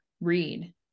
read